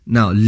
Now